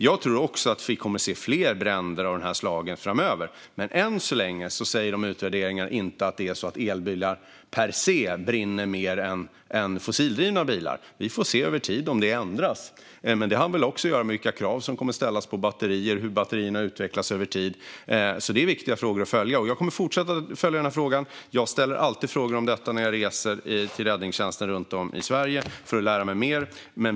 Jag tror också att vi kommer att se fler bränder av det här slaget framöver, men än så länge säger utvärderingarna inte att elbilar per se brinner mer än fossildrivna bilar. Vi får se över tid om det ändras, men det har väl också att göra med vilka krav som kommer att ställas på batterier och hur batterierna utvecklas över tid. Det är därför viktiga frågor att följa. Jag kommer att fortsätta följa den här frågan. Jag ställer alltid frågor om detta när jag reser till räddningstjänsten runt om i Sverige, för att lära mig mer.